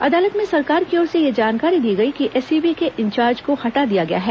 अदालत में सरकार की ओर से यह जानकारी दी गई कि एसीबी के इंचार्ज को हटा दिया गया है